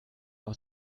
aus